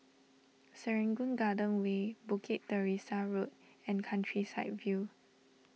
Serangoon Garden Way Bukit Teresa Road and Countryside View